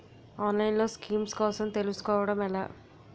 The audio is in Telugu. ఆన్లైన్లో స్కీమ్స్ కోసం తెలుసుకోవడం ఎలా?